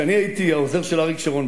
כשאני הייתי העוזר של אריק שרון,